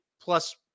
plus